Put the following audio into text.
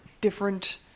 different